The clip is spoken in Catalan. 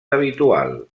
habitual